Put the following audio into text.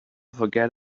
forget